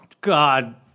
God